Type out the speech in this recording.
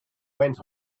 went